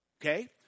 Okay